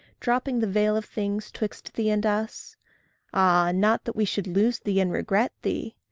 dropping the veil of things twixt thee and us ah, not that we should lose thee and regret thee!